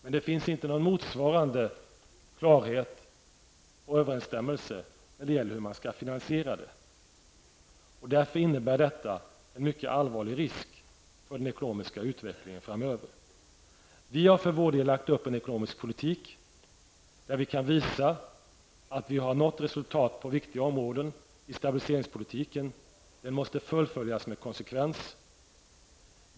Men det finns inte någon motsvarande klarhet eller överensstämmelse när det gäller finansieringen. Därför innebär detta en mycket allvarlig risk beträffande den ekonomiska utvecklingen framöver. Vi för vår del har lagt upp en ekonomisk politik, där vi kan visa att vi har nått resultat på viktiga områden i stabiliseringspolitiken, som måste fullföljas med konsekvens.